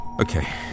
Okay